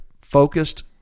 focused